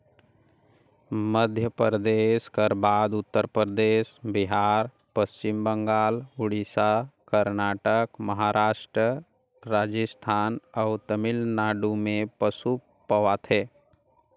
मध्यपरदेस कर बाद उत्तर परदेस, बिहार, पच्छिम बंगाल, उड़ीसा, करनाटक, महारास्ट, राजिस्थान अउ तमिलनाडु में पसु पवाथे